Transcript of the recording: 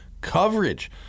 coverage